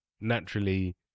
naturally